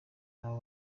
nabo